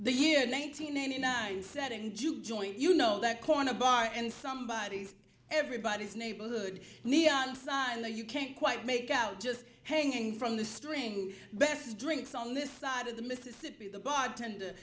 the year nine hundred ninety nine set in juke joint you know that corner bar and somebody is everybody's neighborhood neon sign that you can't quite make out just hanging from the strings best drinks on this side of the mississippi the bartender